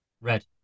Red